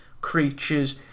creatures